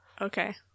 Okay